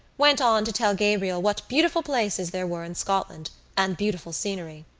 went on to tell gabriel what beautiful places there were in scotland and beautiful scenery.